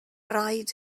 rhaid